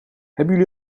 hebben